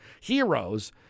heroes